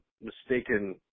mistaken